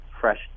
fresh